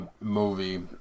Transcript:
movie